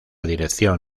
dirección